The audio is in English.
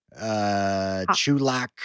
Chulak